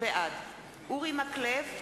בעד אורי מקלב,